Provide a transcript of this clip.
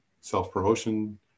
self-promotion